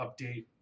update